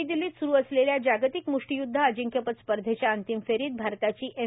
नवी दिल्लीत स्रु असलेल्या जागतिक मृष्ठीय्द्व अजिंक्यपद स्पर्धेच्या अंतिम फेरीत भारताची एम